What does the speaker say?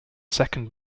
second